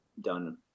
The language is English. done